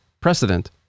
precedent